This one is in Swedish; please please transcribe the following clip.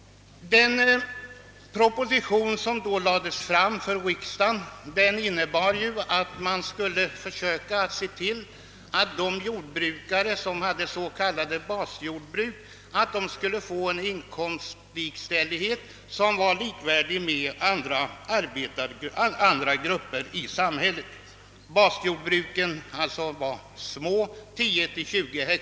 Den proposition som 1947 förelades riksdagen hade som grundtanke, att vi skulle försöka ge de jordbrukare, som hade s.k. basjordbruk, en inkomstlikställighet med övriga grupper i samhället. Basjordbruken var små, 10 till 20 ha.